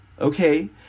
okay